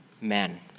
men